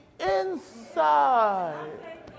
Inside